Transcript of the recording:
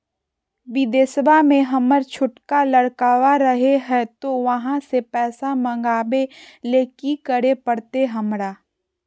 बिदेशवा में हमर छोटका लडकवा रहे हय तो वहाँ से पैसा मगाबे ले कि करे परते हमरा?